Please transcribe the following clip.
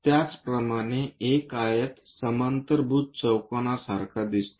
त्याचप्रमाणे एक आयत समांतरभुज चौकोन सारखे दिसते